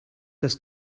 das